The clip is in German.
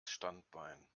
standbein